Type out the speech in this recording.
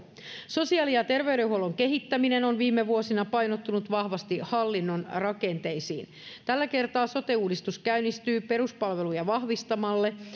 sosiaali ja terveydenhuollon kehittäminen on viime vuosina painottunut vahvasti hallinnon rakenteisiin tällä kertaa sote uudistus käynnistyy peruspalveluja vahvistamalla